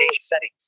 settings